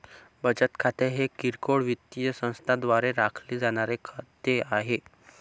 बचत खाते हे किरकोळ वित्तीय संस्थांद्वारे राखले जाणारे खाते आहे